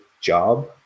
job